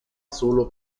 solo